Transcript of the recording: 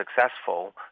successful